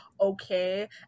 okay